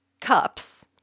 cups